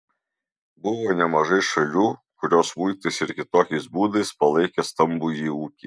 buvo nemažai šalių kurios muitais ir kitokiais būdais palaikė stambųjį ūkį